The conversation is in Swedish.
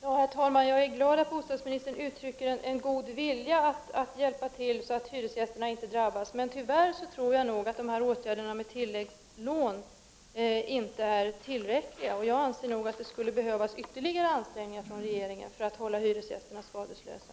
Herr talman! Jag är glad att bostadsministern har en god vilja att hjälpa till, så att hyresgästerna inte drabbas, men tyvärr tror jag att tilläggslånen 2 inte räcker. Jag anser att regeringen behöver göra ytterligare ansträngningar för att hålla hyresgästerna skadeslösa.